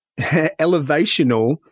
elevational